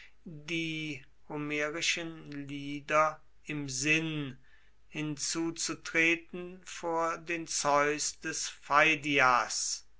die homerischen lieder im sinn hinzutreten vor den zeus des